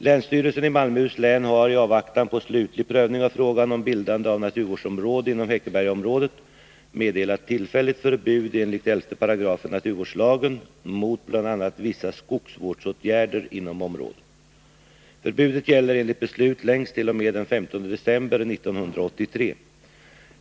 Länsstyrelsen i Malmöhus län har, i avvaktan på slutlig prövning av frågan om bildande av naturvårdsområde inom Häckebergaområdet, meddelat tillfälligt förbud enligt 11 § naturvårdslagen mot bl.a. vissa skogsvårdsåtgärder inom området. Förbudet gäller enligt beslutet längst t.o.m. den 15 december 1983.